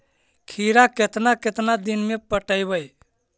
खिरा केतना केतना दिन में पटैबए है?